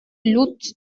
lud